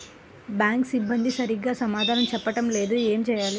Bank సిబ్బంది సరిగ్గా సమాధానం చెప్పటం లేదు ఏం చెయ్యాలి?